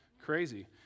crazy